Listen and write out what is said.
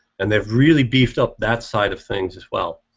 and they really beefed up that side of things as well.